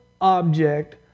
object